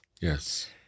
Yes